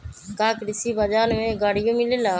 का कृषि बजार में गड़ियो मिलेला?